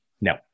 no